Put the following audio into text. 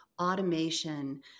automation